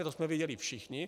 To jsme viděli všichni.